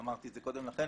אמרתי את זה קודם לכן,